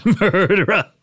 Murderer